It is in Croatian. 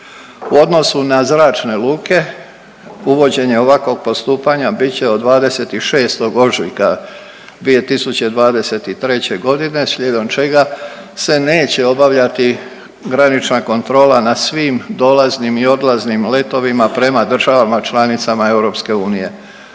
U odnosu na zračne luke uvođenje ovakvog postupanja bit će od 26. ožujka 2023.g. slijedom čega se neće obavljati granična kontrola na svim dolaznim i odlaznim letovima prema državama članicama EU.